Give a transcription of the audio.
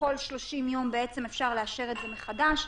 כל 30 יום אפשר לאשר את זה מחדש.